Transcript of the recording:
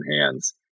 hands